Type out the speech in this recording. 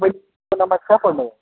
तपाईँ नमाज कहाँ पढ्नु भयो